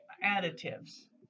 Additives